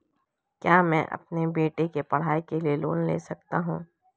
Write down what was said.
क्या मैं अपने बेटे की पढ़ाई के लिए लोंन ले सकता हूं?